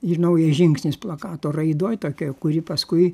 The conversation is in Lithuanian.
ir naujas žingsnis plakato raidoj tokioj kuri paskui